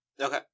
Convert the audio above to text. okay